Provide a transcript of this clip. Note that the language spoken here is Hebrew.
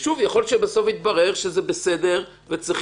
יכול להיות שבסוף יתברר שזה בסדר וצריך